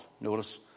Notice